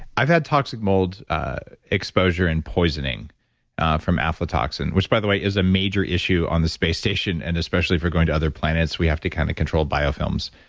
i've had toxic mold exposure and poisoning from aflatoxin, which by the way, is a major issue on the space station and especially if we're going to other planets, we have to kind of control biofilms.